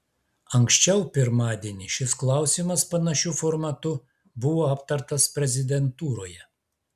anksčiau pirmadienį šis klausimas panašiu formatu buvo aptartas prezidentūroje